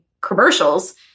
commercials